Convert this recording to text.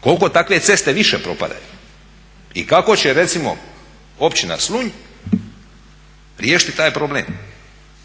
Koliko takve ceste više propadaju? I kako će recimo općina Slunj riješiti taj problem?